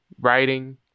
writing